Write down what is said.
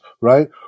right